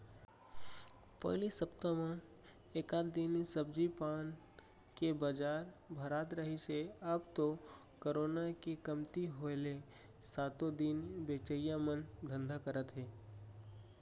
पहिली सप्ता म एकात दिन सब्जी पान के बजार भरात रिहिस हे अब तो करोना के कमती होय ले सातो दिन बेचइया मन धंधा करत हे